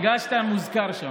בגלל שאתה מוזכר שם.